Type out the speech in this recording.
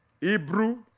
Hebrew